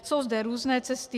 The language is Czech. Jsou zde různé cesty.